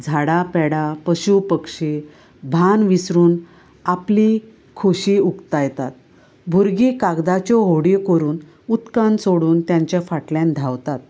झाडां पेडां पशु पक्षी भान विसरून आपली खोशी उक्तायतात भुरगीं कागदाच्यो व्होडयो करून उदकांत सोडून तेंचे फाटल्यान धांवतात